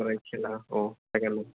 सरायखेला आव सेकेन्ड